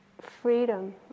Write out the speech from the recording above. freedom